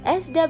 SW